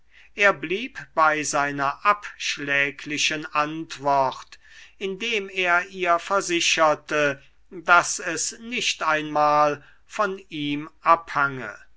er blieb bei seiner abschläglichen antwort indem er ihr versicherte daß es nicht einmal von ihm abhange